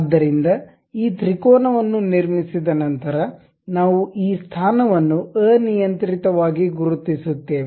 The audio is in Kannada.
ಆದ್ದರಿಂದ ಈ ತ್ರಿಕೋನವನ್ನು ನಿರ್ಮಿಸಿದ ನಂತರ ನಾವು ಈ ಸ್ಥಾನವನ್ನು ಅನಿಯಂತ್ರಿತವಾಗಿ ಗುರುತಿಸುತ್ತೇವೆ